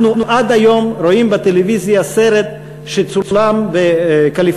אנחנו עד היום רואים בטלוויזיה סרט שצולם בקליפורניה,